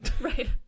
right